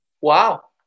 Wow